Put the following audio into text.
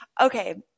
Okay